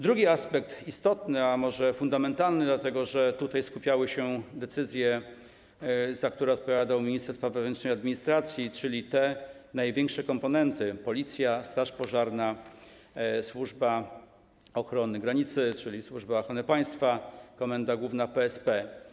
Drugi aspekt istotny, a może nawet fundamentalny, dlatego że tutaj skupiały się decyzje, za które odpowiadał minister spraw wewnętrznych i administracji, dotyczy tych największych komponentów: Policji, straży pożarnej, służby ochrony granicy czy Służby Ochrony Państwa, Komendy Głównej PSP.